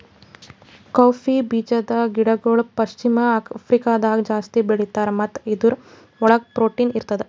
cowpea ಬೀಜದ ಗಿಡಗೊಳ್ ಪಶ್ಚಿಮ ಆಫ್ರಿಕಾದಾಗ್ ಜಾಸ್ತಿ ಬೆಳೀತಾರ್ ಮತ್ತ ಇದುರ್ ಒಳಗ್ ಪ್ರೊಟೀನ್ ಇರ್ತದ